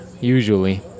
usually